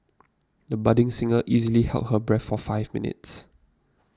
the budding singer easily held her breath for five minutes